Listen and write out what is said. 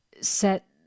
set